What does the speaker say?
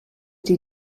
die